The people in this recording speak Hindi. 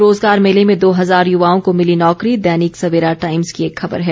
रोजगार मेले में दो हजार युवाओं को मिली नौकरी दैनिक सवेरा टाइम्स की एक खबर है